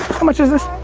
how much is this?